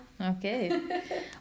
okay